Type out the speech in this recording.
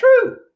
true